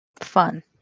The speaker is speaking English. Fun